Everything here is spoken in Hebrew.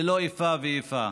ללא איפה ואיפה.